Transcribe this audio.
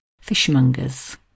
fishmongers